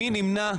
מי נמנע?